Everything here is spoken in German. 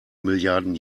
milliarden